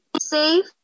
safe